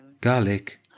garlic